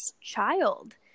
child